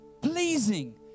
pleasing